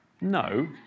No